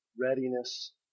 readiness